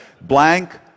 blank